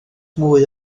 mwy